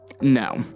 No